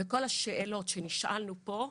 וכל השאלות שנשאלנו פה,